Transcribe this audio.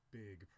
big